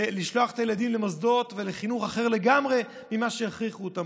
לשלוח את הילדים למוסדות ולחינוך אחרים לגמרי ממה שהכריחו אותם.